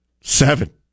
Seven